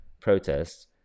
protests